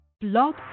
Blog